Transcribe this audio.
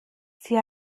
sie